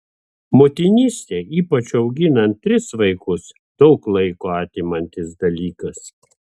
motinystė ypač auginant tris vaikus daug laiko atimantis dalykas